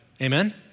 Amen